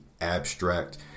abstract